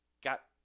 got